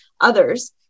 others